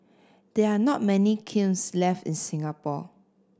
there are not many kilns left in Singapore